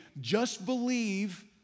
just-believe